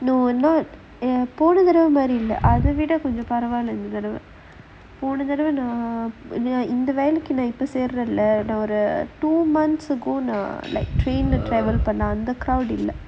no எனக்கு போன தடவ மாறி இல்ல அதவிட கொஞ்சம் பரவா இல்ல இந்த தடவ போன தடவா நான் இந்த வேலைக்கு நான் இப்ப சேருரேன்ல நான்:enakku pona thadava maari illa athavida konjam paravaa illa intha thadava naan intha velaikku naan seruraenla naan two months ago lah like train lah travel பண்ணுனா அந்த:pannunaa antha crowd இல்ல:illa